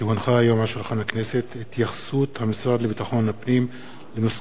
כי הונחה היום על שולחן הכנסת התייחסות המשרד לביטחון הפנים למסקנות